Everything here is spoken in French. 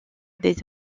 des